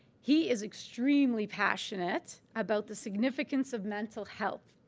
he is extremely passionate about the significance of mental health,